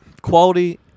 quality